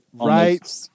Right